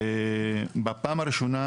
בפעם הראשונה,